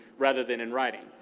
rather than in writing,